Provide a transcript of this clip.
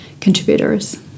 contributors